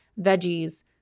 veggies